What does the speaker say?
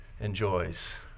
enjoys